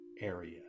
area